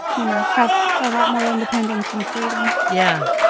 you know, have a lot more independence and freedom yeah.